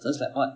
so is like what